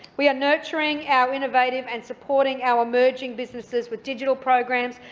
we are nurturing our innovative and supporting our emerging businesses with digital programs,